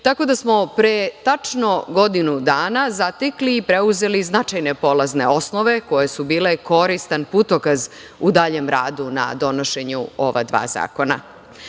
tako da smo pre tačno godinu dana zatekli i preuzeli značajne polazne osnove koje su bile koristan putokaz u daljem radu na donošenju ova dva